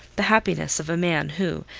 the happiness, of a man who,